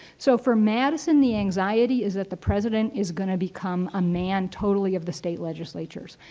so, for madison, the anxiety is that the president is going to become a man totally of the state legislatures.